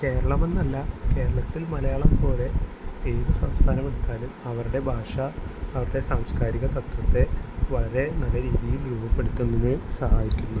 കേരളം എന്നല്ല കേരളത്തിൽ മലയാളം പോലെ ഏത് സംസ്ഥാനം എടുത്താലും അവരുടെ ഭാഷ അവിടുത്തെ സാംസ്കാരിക തത്വത്തെ വരെ നല്ല രീതിയിൽ രൂപപ്പെടുത്തുന്നതിന് സഹായിക്കുന്നു